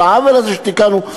על העוול הזה שתיקנו.